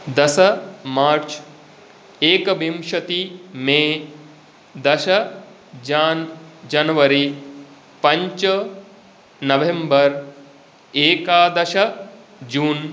दश मार्च् एकविंशतिः मे दश जान् जनवरी पञ्च नवेम्बर् एकादश जून्